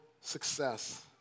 success